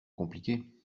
compliqué